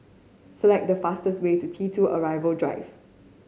select the fastest way to T Two Arrival Drive